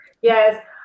Yes